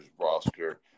roster